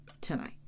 tonight